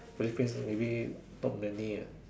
Philippines maybe not many ah